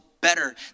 better